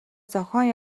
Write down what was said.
зохион